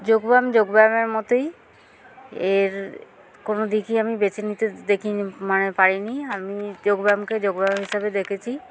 যোগ ব্যায়াম যোগ ব্যায়ামের মতোই এর কোনো দিকই আমি বেছে নিতে দেখিনি মানে পারিনি আমি যোগ ব্যায়ামকে যোগ ব্যায়াম হিসাবে দেখেছি